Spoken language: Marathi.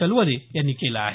चलवदे यांनी केलं आहे